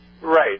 Right